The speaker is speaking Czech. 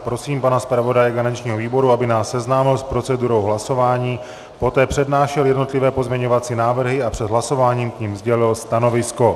Prosím pana zpravodaje garančního výboru, aby nás seznámil s procedurou hlasování, poté přednášel jednotlivé pozměňovací návrhy a před hlasováním k nim sdělil stanovisko.